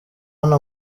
hano